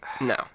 No